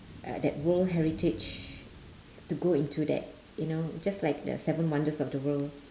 uh that world heritage to go into that you know just like the seven wonders of the world